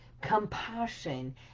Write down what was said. compassion